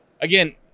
again